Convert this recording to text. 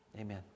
amen